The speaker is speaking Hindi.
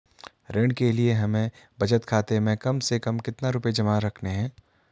ऋण के लिए हमें बचत खाते में कम से कम कितना रुपये जमा रखने हैं?